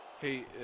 Hey